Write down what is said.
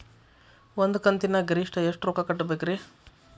ಒಂದ್ ಕಂತಿನ್ಯಾಗ ಗರಿಷ್ಠ ಎಷ್ಟ ರೊಕ್ಕ ಕಟ್ಟಬೇಕ್ರಿ?